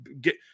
get